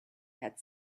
had